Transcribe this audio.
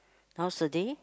nowadays